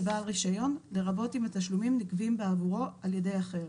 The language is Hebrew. "לבעל רישיון" לרבות אם התשלומים נגבים בעבורו על ידי אחר".